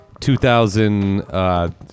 2000